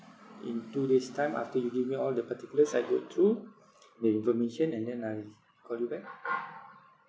in two days' time after you give me all the particulars I go through the information and then I call you back